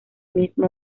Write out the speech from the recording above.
mismo